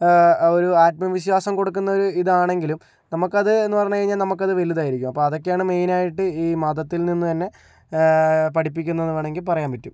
ഒരു ആത്മവിശ്വാസം കൊടുക്കുന്ന ഒരു ഇതാണെങ്കിലും നമുക്ക് അത് എന്ന് പറഞ്ഞു കഴിഞ്ഞാൽ നമുക്ക് അത് വലുതായിരിക്കും അപ്പോൾ അതൊക്കെയാണ് മെയിനായിട്ട് ഈ മതത്തിൽ നിന്ന് തന്നെ പഠിപ്പിക്കുന്നത് എന്ന് വേണമെങ്കിൽ പറയാൻ പറ്റും